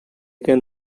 can